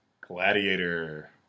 Gladiator